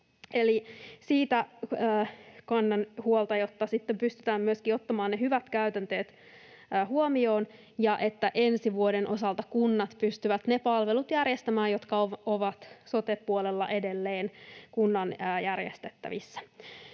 siitä kannan huolta, että sitten pystytään myöskin ottamaan ne hyvät käytänteet huomioon ja että ensi vuoden osalta kunnat pystyvät ne palvelut järjestämään, jotka ovat sote-puolella edelleen kunnan järjestettävissä,